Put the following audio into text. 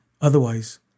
Otherwise